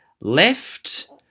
left